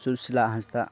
Sushila Hansda